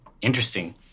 Interesting